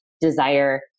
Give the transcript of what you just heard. desire